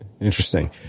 Interesting